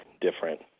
different